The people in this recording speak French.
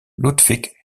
ludwig